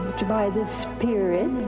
by the spirit.